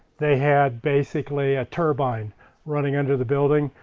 they had basically a turbine running under the building,